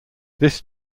this